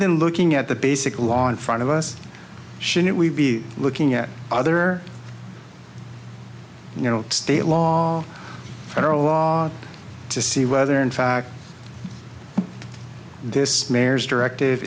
than looking at the basic law in front of us shouldn't we be looking at other you know state law federal law to see whether in fact this mare's directive